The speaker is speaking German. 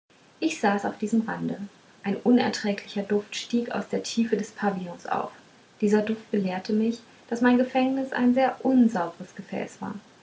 ich saß auf diesem rande ein unerträglicher duft stieg aus der tiefe des pavillons auf dieser duft belehrte mich daß mein gefängnis ein sehr unsaubres gefäß war